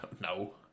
No